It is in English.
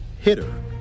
hitter